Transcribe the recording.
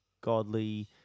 godly